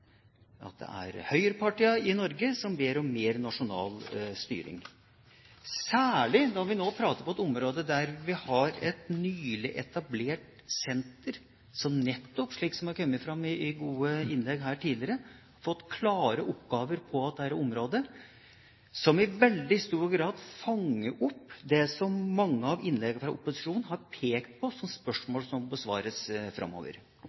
høyrepartiene i Norge som ber om mer nasjonal styring, særlig når vi nå snakker om et område der vi har et nylig etablert senter som nettopp, slik som det har kommet fram i gode innlegg her tidligere, har fått klare oppgaver på dette området, som i veldig stor grad fanger opp det som mange av innleggene fra opposisjonen har pekt på som spørsmål som må besvares framover.